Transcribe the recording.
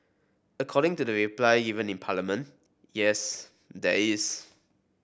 according to the reply given in Parliament yes there is